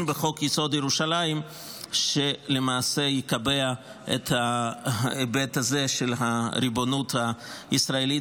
בחוק-יסוד: ירושלים שלמעשה יקבע את ההיבט הזה של הריבונות הישראלית